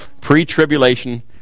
Pre-tribulation